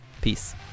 Peace